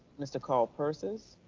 mr. carl persis?